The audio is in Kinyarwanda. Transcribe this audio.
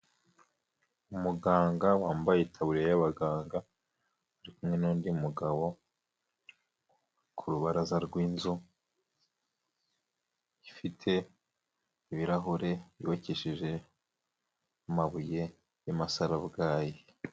Umuganga wambaye itaburiya y'abaganga ari kumwe n'undi mugabo ku rubaraza rw'inzu ifite ibirahure, yubakishije amabuye y’amasarabwayi.